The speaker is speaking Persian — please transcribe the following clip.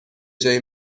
جای